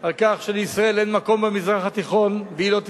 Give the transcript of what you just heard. על כך שלישראל אין מקום במזרח התיכון והיא לא תתקיים.